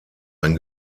ein